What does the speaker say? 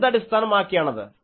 എന്തടിസ്ഥാനമാക്കിയാണത്